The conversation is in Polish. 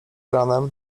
ranem